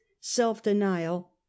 self-denial